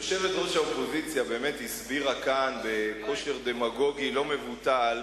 יושבת-ראש האופוזיציה באמת הסבירה כאן בכושר דמגוגי לא מבוטל,